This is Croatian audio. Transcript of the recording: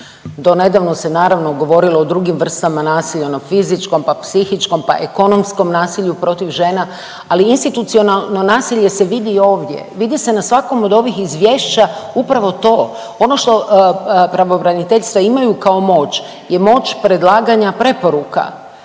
Do nedavno se naravno govorilo o drugim vrstama nasilja onom fizičkom pa psihičkom pa ekonomskom nasilju protiv žena ali institucionalno nasilje se vidi i ovdje. Vidi se na svakom od ovih izvješća upravo to. Ono što pravobraniteljstva imaju kao moć je moć predlaganja preporuka